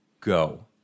go